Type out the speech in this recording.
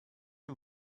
who